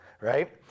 right